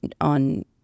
on